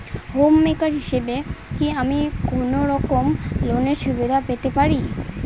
Home maker হিসেবে কি আমি কোনো রকম লোনের সুবিধা পেতে পারি?